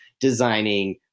designing